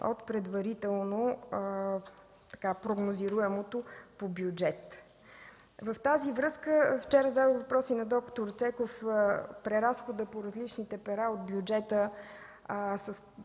от предварително прогнозируемото по бюджета.” В тази връзка, вчера зададох въпрос на д-р Цеков за преразхода по различните пера от бюджета